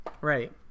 Right